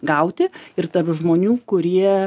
gauti ir tarp žmonių kurie